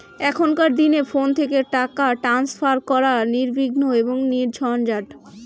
এখনকার দিনে ফোন থেকে টাকা ট্রান্সফার করা নির্বিঘ্ন এবং নির্ঝঞ্ঝাট